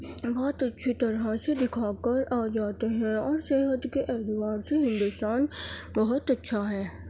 بہت اچھی طرح سے دکھا کر آ جاتے ہیں اور صحت کے اعتبار سے ہندوستان بہت اچھا ہے